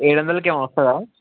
ఏడొందలకి ఏమైనా వస్తాయా